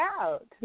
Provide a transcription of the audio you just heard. out